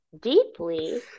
deeply